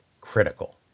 critical